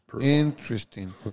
Interesting